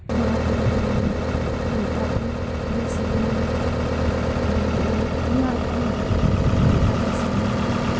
ᱵᱟᱦᱟ ᱠᱚᱞᱮ ᱵᱮᱱᱟᱣᱟ ᱠᱷᱟᱱᱛᱟ ᱠᱚᱞᱮ ᱥᱤᱞᱟᱹᱭᱟ ᱟᱨ ᱚᱱᱟ ᱨᱮᱦᱚᱸ ᱟᱭᱢᱟ ᱨᱚᱠᱚᱢ ᱠᱷᱟᱱᱛᱟ ᱞᱮ ᱥᱤᱞᱟᱹᱭᱟ